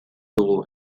dugu